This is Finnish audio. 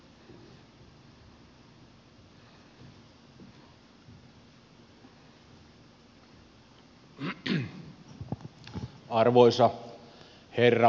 arvoisa herra puhemies